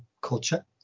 culture